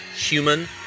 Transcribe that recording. Human